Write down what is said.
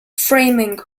framing